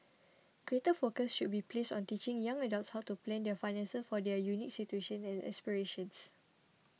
greater focus should be placed on teaching young adults how to plan their finances for their unique situations and aspirations